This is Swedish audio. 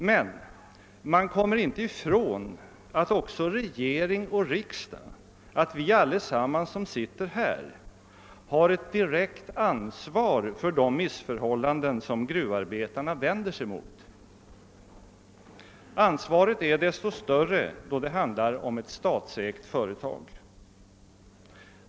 Men man kommer inte ifrån att också regering och riksdag, att alla vi som sitter här, har ett direkt ansvar för de missförhållanden som gruvarbetarna vänder sig mot. Ansvaret är desto större som det handlar om ett statsägt företag.